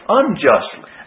unjustly